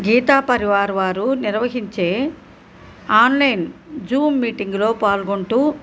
గీతా పరివార్ వారు నిర్వహించే online Zoom మీటింగ్లో పాల్గొంటూ